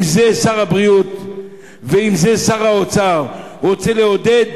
עם זה שר הבריאות ושר האוצר רוצים לעודד